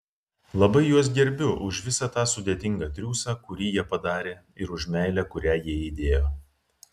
labai juos gerbiu už visą tą sudėtingą triūsą kurį jie padarė ir už meilę kurią jie įdėjo